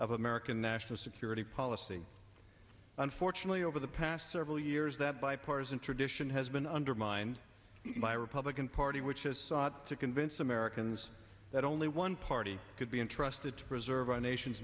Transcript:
of american national security policy unfortunately over the past several years that bipartisan tradition has been undermined by a republican party which has sought to convince americans that only one party could be entrusted to preserve our nation's